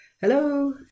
Hello